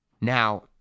Now